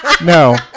No